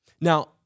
Now